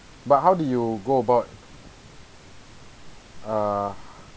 but how do you go about uh